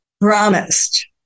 promised